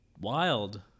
wild